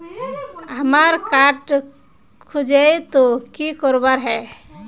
हमार कार्ड खोजेई तो की करवार है?